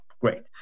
Great